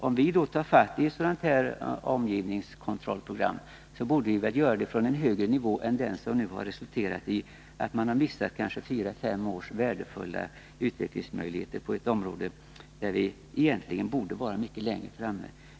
Om vi då startar ett omgivningskontrollprogram, borde vi väl göra det på en högre nivå än vad som nu har skett, då kanske fyra fem års värdefulla utvecklingsmöjligheter har gått förlorade på ett område där vi egentligen borde vara mycket längre framme.